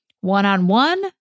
one-on-one